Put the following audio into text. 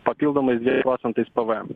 papildomais dviem procentais p v emu